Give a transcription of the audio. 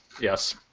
yes